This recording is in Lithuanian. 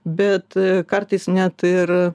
bet kartais net ir